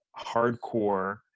hardcore